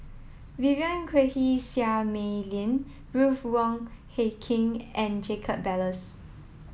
Vivien Quahe Seah Mei Lin Ruth Wong Hie King and Jacob Ballas